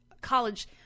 college